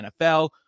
NFL